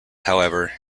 however